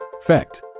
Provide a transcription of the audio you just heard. Fact